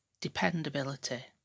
dependability